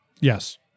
Yes